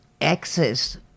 access